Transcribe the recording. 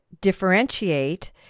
differentiate